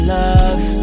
love